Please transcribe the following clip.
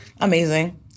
Amazing